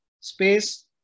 space